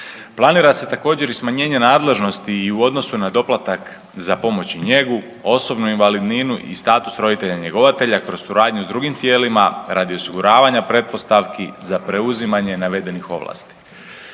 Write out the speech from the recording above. Planira se također, i smanjenje nadležnosti i u odnosu na doplatak za pomoć i njegu, osobnu invalidninu i status roditelja-njegovatelja kroz suradnju s drugim tijelima radi osiguravanja pretpostavki za preuzimanje navedenih ovlasti.